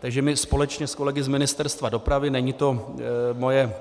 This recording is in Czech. Takže my společně s kolegy z Ministerstva dopravy, není to moje